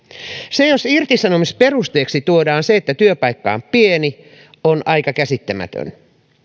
se jos irtisanomisperusteeksi tuodaan se että työpaikka on pieni on aika käsittämätöntä